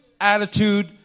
attitude